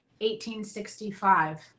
1865